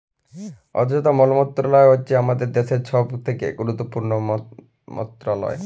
অথ্থ মলত্রলালয় হছে আমাদের দ্যাশের ছব থ্যাকে গুরুত্তপুর্ল মলত্রলালয়